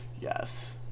Yes